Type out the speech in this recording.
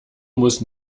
muss